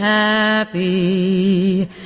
Happy